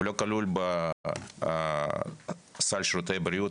הוא לא כלול בסל שירותי הבריאות,